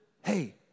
hey